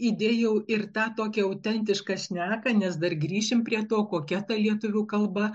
įdėjau ir tą tokią autentišką šneką nes dar grįšim prie to kokia ta lietuvių kalba